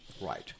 Right